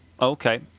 Okay